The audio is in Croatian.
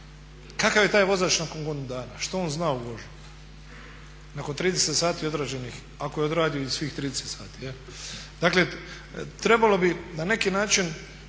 Kakav je taj vozač nakon godinu dana? što on zna o vožnji nakon 30 sati odrađenih ako je odradio i svih 30 sati? Dakle trebalo bi na neki način